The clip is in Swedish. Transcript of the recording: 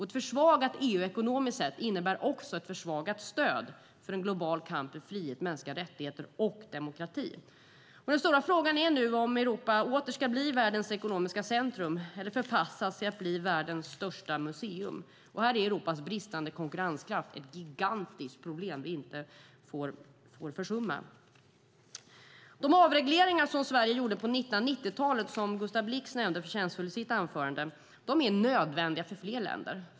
Ett försvagat EU ekonomiskt sett innebär också ett försvagat stöd för en global kamp för frihet, mänskliga rättigheter och demokrati. Den stora frågan är nu om Europa åter ska bli världens ekonomiska centrum eller förpassas till att bli världens största museum. Här är Europas bristande konkurrenskraft ett gigantiskt problem vi inte får försumma. De avregleringar Sverige gjorde på 1990-talet, som Gustav Blix förtjänstfullt nämnde i sitt anförande, är nödvändiga för fler länder.